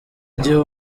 gihe